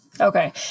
Okay